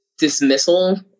dismissal